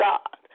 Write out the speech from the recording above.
God